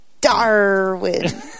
Darwin